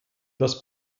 das